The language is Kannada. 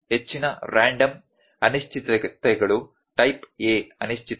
ಆದ್ದರಿಂದ ಹೆಚ್ಚಿನ ರ್ಯಾಂಡಮ್ ಅನಿಶ್ಚಿತತೆಗಳು ಟೈಪ್ A ಅನಿಶ್ಚಿತತೆಗಳು